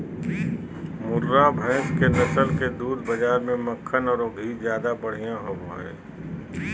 मुर्रा भैस के नस्ल के दूध बाज़ार में मक्खन औरो घी ज्यादा बढ़िया होबो हइ